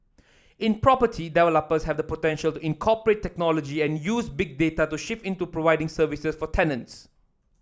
in property developers have the potential to incorporate technology and use Big Data to shift into providing services for tenants